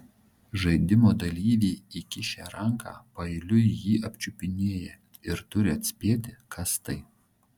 žaidimo dalyviai įkišę ranką paeiliui jį apčiupinėja ir turi atspėti kas tai